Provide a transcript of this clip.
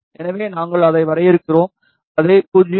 எனவே நாங்கள் அதை வரையறுப்போம் அதை 0